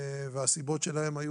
והנימוקים שלהם היו